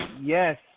Yes